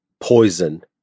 poison